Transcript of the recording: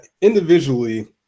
individually